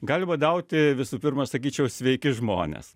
gali badauti visų pirma sakyčiau sveiki žmonės